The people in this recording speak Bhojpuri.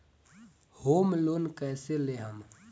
होम लोन कैसे लेहम?